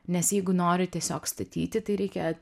nes jeigu nori tiesiog statyti tai reikia